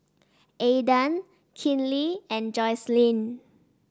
Aedan Kinley and Jocelyne